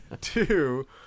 Two